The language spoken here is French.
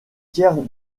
tiers